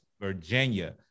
Virginia